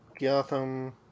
Gotham